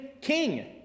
king